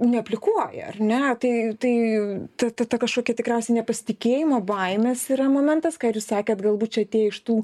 neaplikuoja ar ne tai tai ta ta kažkokia tikriausiai nepasitikėjimo baimės yra momentas ką ir jūs sakėt galbūt čia tie iš tų